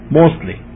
mostly